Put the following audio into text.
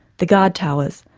the guard towers,